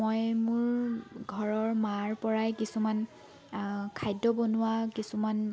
মই মোৰ ঘৰৰ মাৰ পৰাই কিছুমান খাদ্য বনোৱা কিছুমান